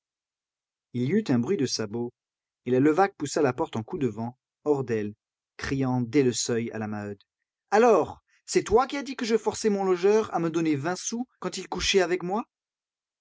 il y eut un bruit de sabots et la levaque poussa la porte en coup de vent hors d'elle criant dès le seuil à la maheude alors c'est toi qui as dit que je forçais mon logeur à me donner vingt sous quand il couchait avec moi